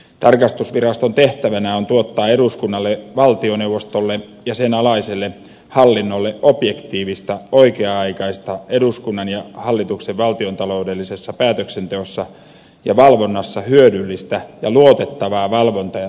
tarkastusviraston tehtävänä on tuottaa eduskunnalle valtioneuvostolle ja sen alaiselle hallinnolle objektiivista oikea aikaista eduskunnan ja hallituksen valtiontaloudellisessa päätöksenteossa ja valvonnassa hyödyllistä ja luotettavaa valvonta ja tarkastustietoa